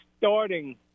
starting